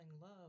love